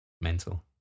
Mental